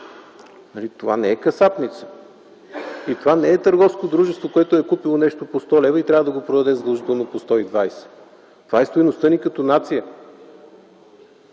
нали не е касапница и не е търговско дружество, което е купило нещо по 100 лв. и трябва да го продаде по 120 лв.? Това е стойността ни като нация.